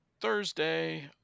Thursday